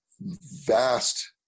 vast